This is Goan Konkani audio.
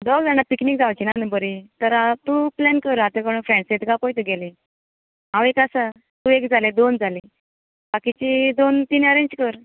दोग जाणां पिकनीक जावचीना न्हू बरी तर तूं प्लॅन कर आतां कोण फ्रॅंड्स बी येता कांय पळय तुगेलीं हांव एक आसा तूं एक जालें दोन जालीं बाकिचीं दोन तीन ऍरेंज कर